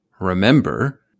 remember